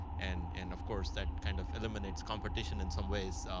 and and of course, that kind of eliminates competition in some ways.